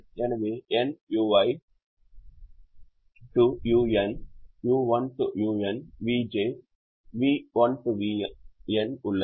எனவே n ui's u1 to un vj's v1 to vn உள்ளன